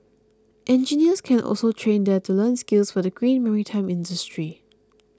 engineers can also train there to learn skills for the green maritime industry